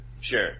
Sure